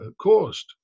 caused